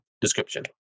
description